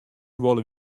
wolle